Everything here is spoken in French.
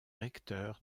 recteur